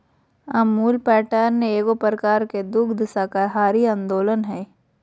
Amul pattern एगो प्रकार के दुग्ध सहकारी आन्दोलन हइ